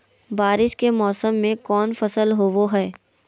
बारिस के मौसम में कौन फसल होबो हाय?